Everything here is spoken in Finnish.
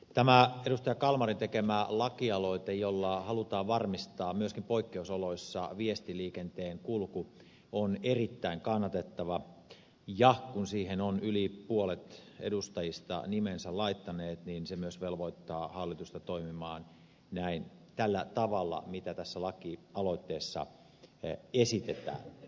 tämä edustaja kalmarin tekemä lakialoite jolla halutaan varmistaa myöskin poikkeusoloissa viestiliikenteen kulku on erittäin kannatettava ja kun siihen on yli puolet edustajista nimensä laittanut niin se myös velvoittaa hallitusta toimimaan tällä tavalla kuin tässä lakialoitteessa esitetään